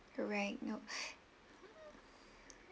alright nope